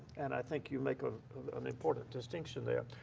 and i think you make ah an important distinction there.